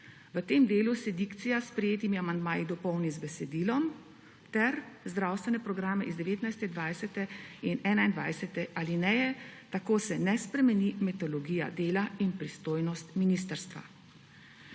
V tem delu se dikcija s sprejetimi amandmaji dopolni z besedilom: »ter zdravstvene programe iz 19., 20. in 21. alineje«. Tako se ne spremeni metodologija dela in pristojnost ministrstva